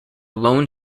lone